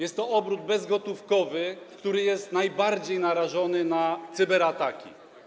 Jest to obrót bezgotówkowy, który jest najbardziej narażony na cyberataki.